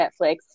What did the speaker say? Netflix